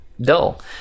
dull